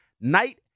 night